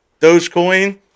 Dogecoin